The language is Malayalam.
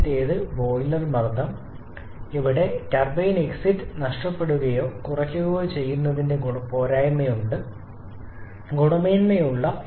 ആദ്യത്തേത് ബോയിലർ മർദ്ദം ഇവിടെ ടർബൈൻ എക്സിറ്റ് നഷ്ടപ്പെടുകയോ കുറയ്ക്കുകയോ ചെയ്യുന്നതിന്റെ പോരായ്മയുണ്ട് ഗുണമേന്മയുള്ള